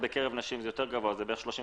בקרב נשים זה יותר גבוה כ-35%,